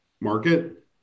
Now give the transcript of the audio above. market